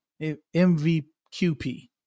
MVQP